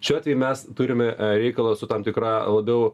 šiuo atveju mes turime reikalą su tam tikra labiau